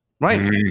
right